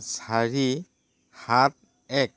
চাৰি সাত এক